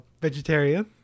vegetarian